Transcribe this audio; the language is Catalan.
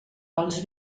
els